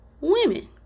women